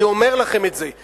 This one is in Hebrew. אני אומר לכם את זה,